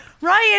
Ryan